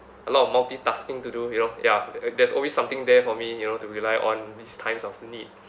a lot of multitasking to do you know ya there's always something there for me you know to rely on in these times of need